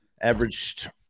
averaged